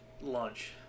lunch